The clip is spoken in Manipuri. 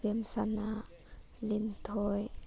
ꯏꯕꯦꯝꯁꯅꯥ ꯂꯤꯟꯊꯣꯏ